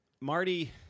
Marty